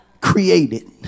created